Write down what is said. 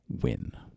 win